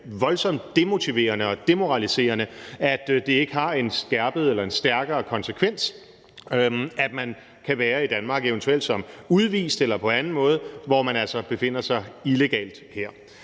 voldsomt demotiverende og demoraliserende, at det ikke har en stærkere konsekvens, at man kan være i Danmark eventuelt som udvist eller på anden måde, hvor man altså befinder sig illegalt her.